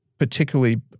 Particularly